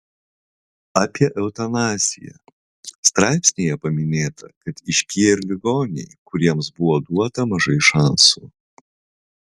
apie eutanaziją straipsnyje paminėta kad išgyja ir ligoniai kuriems buvo duota mažai šansų